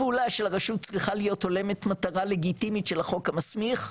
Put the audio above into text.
הפעולה של הרשות צריכה להיות הולמת מטרה לגיטימית של החוק המסמיך,